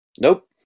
Nope